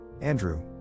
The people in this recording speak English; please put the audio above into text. Andrew